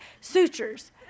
Sutures